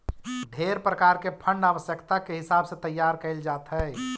ढेर प्रकार के फंड आवश्यकता के हिसाब से तैयार कैल जात हई